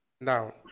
now